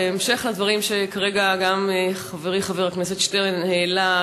בהמשך לדברים שכרגע גם חברי חבר הכנסת שטרן העלה,